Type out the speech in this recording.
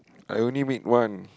I only meet one